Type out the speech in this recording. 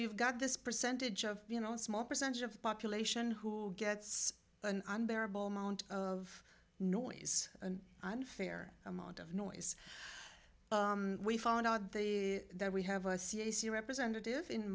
you've got this percentage of you know a small percentage of population who gets an unbearable mount of noise and unfair amount of noise we found out that we have a cac representative in